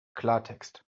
klartext